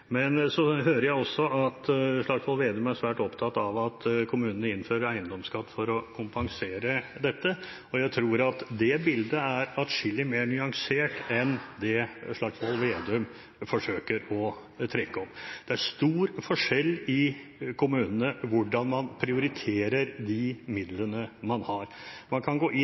Men så hører jeg at Slagsvold Vedum er svært opptatt av at kommunene innfører eiendomsskatt for å kompensere dette. Jeg tror at det bildet er atskillig mer nyansert enn det Slagsvold Vedum forsøker å trekke opp. Det er stor forskjell i kommunene på hvordan man prioriterer de midlene man har. Man kan gå inn i